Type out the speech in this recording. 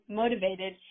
motivated